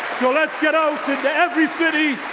so let's get out into every city,